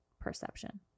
perception